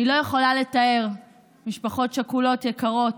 אני לא יכולה לתאר, משפחות שכולות יקרות,